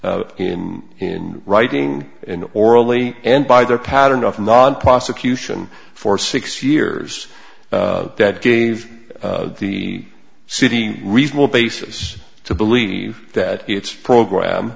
in in writing in orally and by their pattern of non prosecution for six years that gave the city reasonable basis to believe that its program